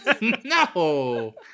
no